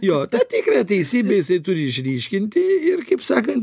jo tikrąją teisybę jisai turi išryškinti ir kaip sakant